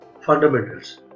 fundamentals